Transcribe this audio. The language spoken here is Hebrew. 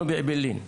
אנחנו באעבלין.